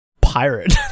pirate